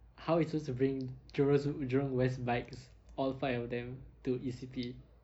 how we supposed to bring jurong jurong west bikes all five of them to E_C_P